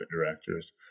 directors